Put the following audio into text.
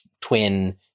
twin